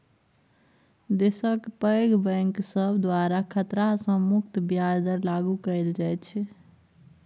देशक पैघ बैंक सब द्वारा खतरा सँ मुक्त ब्याज दर लागु कएल जाइत छै